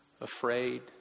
afraid